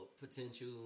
potential